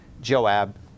Joab